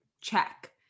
check